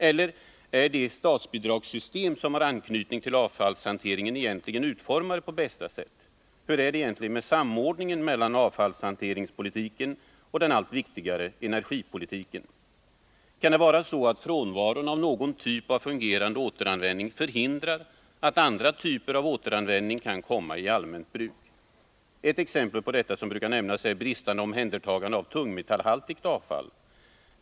Eller är de statsbidragssystem som har anknytning till avfallshanteringen egentligen utformade på bästa sätt? Hur är det egentligen med samordningen mellan avfallshanteringspolitiken och den allt viktigare energipolitiken? Kan det vara så att frånvaron av någon typ av fungerande återanvändning förhindrar att andra typer av återanvändning kan komma i allmänt bruk? Ett exempel på detta som brukar nämnas är bristande omhändertagande av tungmetallhaltigt avfall.